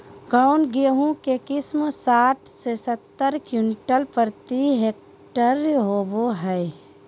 कौन गेंहू के किस्म साठ से सत्तर क्विंटल प्रति हेक्टेयर होबो हाय?